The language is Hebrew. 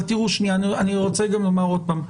אני רוצה גם לומר עוד פעם.